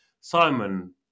Simon